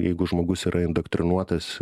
jeigu žmogus yra indoktrinuotas